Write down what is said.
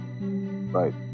Right